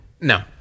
no